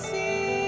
See